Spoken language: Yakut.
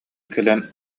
кэлэн